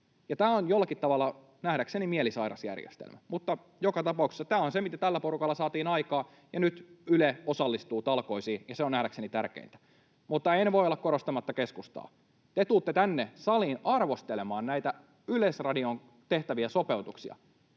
Tämä on jollakin tavalla nähdäkseni mielisairas järjestelmä, mutta joka tapauksessa tämä on se, mitä tällä porukalla saatiin aikaan, ja nyt Yle osallistuu talkoisiin, ja se on nähdäkseni tärkeintä. Mutta en voi olla korostamatta keskustalle: Te tulette tänne saliin arvostelemaan näitä Yleisradioon tehtäviä sopeutuksia.